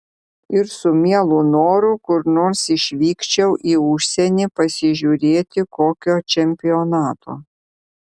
ir su mielu noru kur nors išvykčiau į užsienį pasižiūrėti kokio čempionato